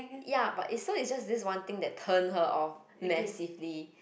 ya but is so is just this one thing that turn her off massively